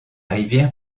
rivière